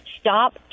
stop